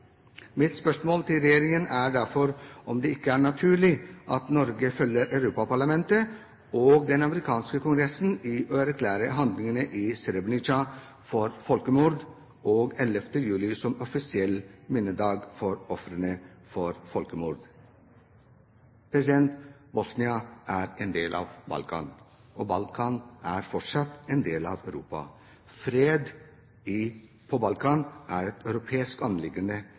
Mitt spørsmål til regjeringen er derfor om det ikke er naturlig at Norge følger Europaparlamentet og den amerikanske kongressen i å erklære handlingene i Srebrenica for folkemord, og 11. juli som offisiell minnedag for ofrene for folkemordet. Bosnia er en del av Balkan, og Balkan er fortsatt en del av Europa. Fred på Balkan er et europeisk anliggende.